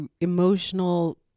emotional